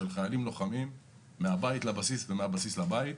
של חיילים לוחמים מהבית לבסיס ומהבסיס לבית.